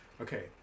okay